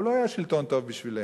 והוא לא היה שלטון טוב בשבילנו,